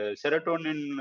serotonin